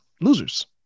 losers